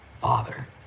father